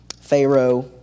Pharaoh